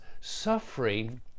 suffering